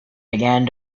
began